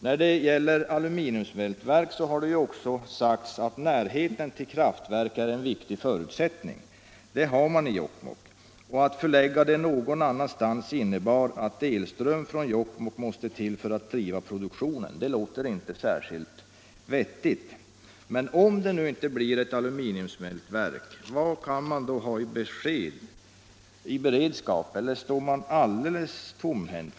När det gäller aluminiumsmältverket har det också sagts att närheten till kraftverk är en viktig förutsättning. Denna förutsättning har man i Jokkmokk. Att förlägga smältverket någon annanstans skulle innebära att elström från Jokkmokk måste till för att driva produktionen. Det låter inte särskilt vettigt. Men om det nu inte blir ett aluminiumsmältverk, vad kan man då ha i beredskap? Eller står man alldeles tomhänt?